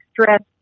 stress